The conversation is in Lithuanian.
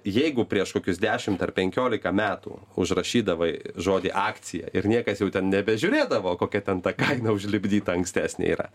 jeigu prieš kokius dešimt ar penkiolika metų užrašydavai žodį akcija ir niekas jau ten nebežiūrėdavo kokia ten ta kaina užlipdyta ankstesnė yra